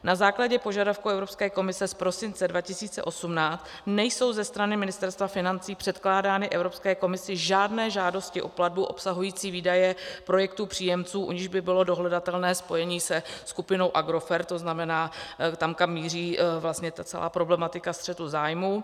Na základě požadavku Evropské komise z prosince 2018 nejsou ze strany Ministerstva financí předkládány Evropské komisi žádné žádosti o platbu obsahující výdaje projektů příjemců, u nichž by bylo dohledatelné spojení se skupinou Agrofert, to znamená tam, kam míří ta celá problematika střetu zájmů.